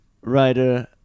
writer